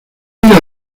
mira